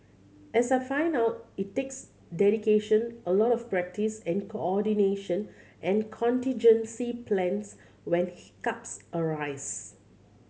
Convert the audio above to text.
as I found out it takes dedication a lot of practice and coordination and contingency plans when hiccups arise